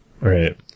Right